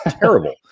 terrible